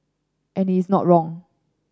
and he is not wrong